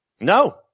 No